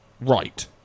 right